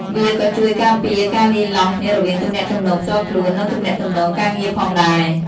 វាក៏ជួយការពារការលាយឡំគ្នារវាងទំនាក់ទំនងផ្ទាល់ខ្លួន និងទំនាក់ទំនងការងារផងដែរ។